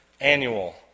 annual